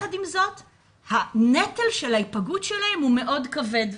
יחד עם זאת הנטל של ההיפגעות שלהם הוא מאוד כבד.